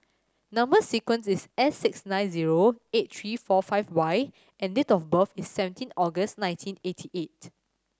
number sequence is S six nine zero eight three four five Y and date of birth is seventeen August nineteen eighty eight